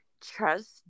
Trust